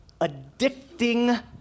addicting